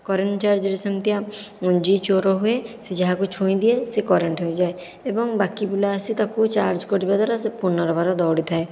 current ଚାର୍ଜରେ ସେମିତିଆ ଯିଏ ଚୋର ହୁଏ ସେ ଯାହାକୁ ଛୁଇଁ ଦିଏ ସିଏ କରେଣ୍ଟ ହୋଇଯାଏ ଏବଂ ବାକି ପିଲା ଆସି ତାକୁ ଚାର୍ଜ କରିବା ଦ୍ଵାରା ସେ ପୁନର୍ବାର ଦୌଡ଼ିଥାଏ